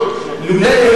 לולא,